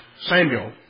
Samuel